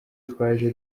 twaje